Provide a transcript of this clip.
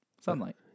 Sunlight